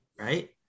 right